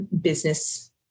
business